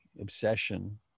obsession